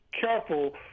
careful